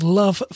love